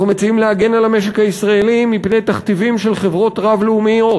אנחנו מציעים להגן על המשק הישראלי מפני תכתיבים של חברות רב-לאומיות,